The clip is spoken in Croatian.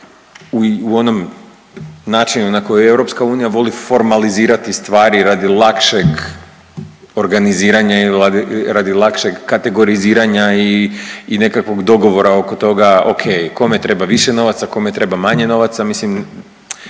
u onom načinu na koji EU voli formalizirati stvari radi lakšeg organiziranja i radi lakšeg kategoriziranja i nekakvog dogovora oko toga okej kome treba više novaca, kome treba manje novaca i mislim